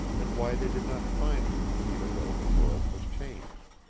and why they did not find her, even though the world was changed.